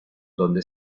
donde